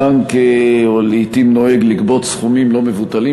הבנק לעתים נוהג לגבות סכומים לא מבוטלים,